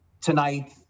tonight